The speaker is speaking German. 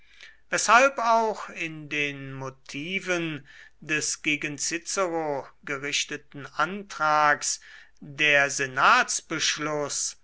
weshalb auch in den motiven des gegen cicero gerichteten antrags der